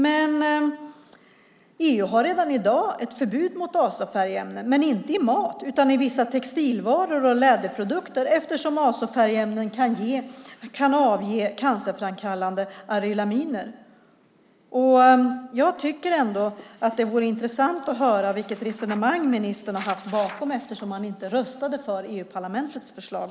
Men EU har redan i dag ett förbud mot azofärgämnen, dock inte i mat, utan i vissa textilvaror och läderprodukter, eftersom azofärgämnen kan avge cancerframkallande arylaminer. Jag tycker ändå att det vore intressant att höra vilket resonemang ministern har bakom sig, eftersom han inte röstade för EU-parlamentets förslag.